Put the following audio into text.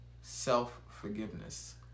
self-forgiveness